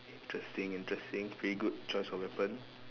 interesting interesting pretty good choice of weapon